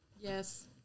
Yes